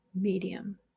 medium